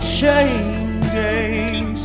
changing